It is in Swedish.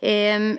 är.